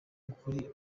ukuri